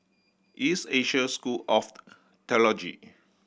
East Asia School of Theology